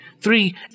Three